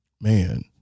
man